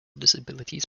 disabilities